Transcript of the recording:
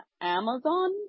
Amazon